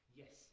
yes